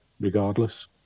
regardless